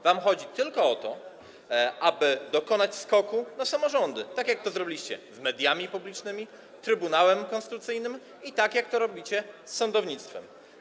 Wam chodzi tylko o to, aby dokonać skoku na samorządy, tak jak to zrobiliście z mediami publicznymi, Trybunałem Konstytucyjnym i tak jak to robicie z sądownictwem.